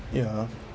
ya